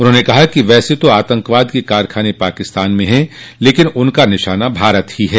उन्होंने कहा कि वैसे तो आतंकवाद के कारखाने पाकिस्तान में हैं लेकिन उनका निशाना भारत ही है